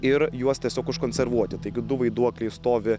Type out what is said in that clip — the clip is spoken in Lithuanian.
ir juos tiesiog užkonservuoti taigi du vaiduokliai stovi